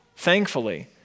Thankfully